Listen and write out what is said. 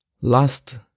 Last